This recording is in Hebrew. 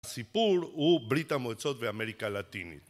הסיפור הוא ברית המועצות באמריקה הלטינית